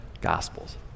Gospels